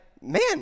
man